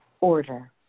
order